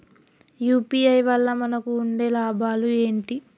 UPI వల్ల మనకు ఉండే లాభాలు ఏంటి?